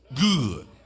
Good